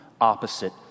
opposite